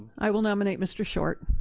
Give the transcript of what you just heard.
i will nominate mr. short.